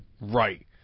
right